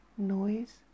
noise